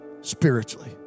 spiritually